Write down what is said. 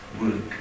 work